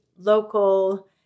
local